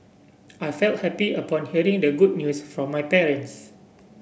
I felt happy upon hearing the good news from my parents